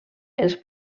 els